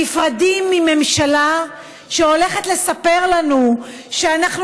נפרדים מממשלה שהולכת לספר לנו שאנחנו